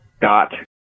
dot